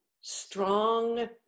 strong